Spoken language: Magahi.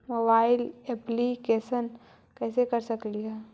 मोबाईल येपलीकेसन कैसे कर सकेली?